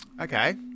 Okay